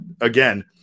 again